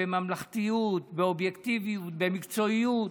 שפועלת בממלכתיות, באובייקטיביות, במקצועיות.